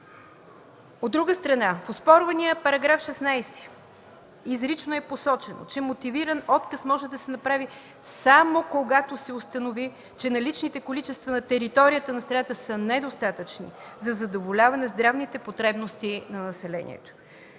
От друга страна, в оспорвания § 16 изрично е посочено, че: „Мотивиран отказ може да се направи само когато се установи, че наличните количества на територията на страната са недостатъчни за задоволяване на здравните потребности на населението”.